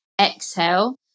exhale